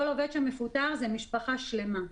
כל עובד שמפוטר, זו משפחה שלמה.